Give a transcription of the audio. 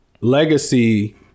legacy